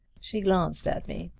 she glanced at me.